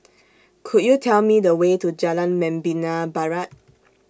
Could YOU Tell Me The Way to Jalan Membina Barat